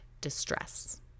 distress